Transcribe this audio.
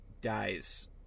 dies